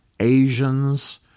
Asians